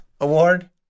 award